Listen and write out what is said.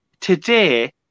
today